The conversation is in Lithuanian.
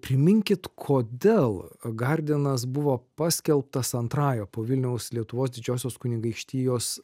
priminkit kodėl gardinas buvo paskelbtas antrąja po vilniaus lietuvos didžiosios kunigaikštijos